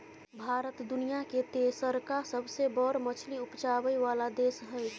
भारत दुनिया के तेसरका सबसे बड़ मछली उपजाबै वाला देश हय